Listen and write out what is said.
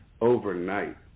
overnight